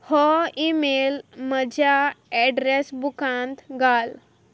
हो ईमेल म्हज्या एड्रॅस बुकांत घाल